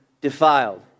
defiled